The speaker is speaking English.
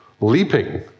leaping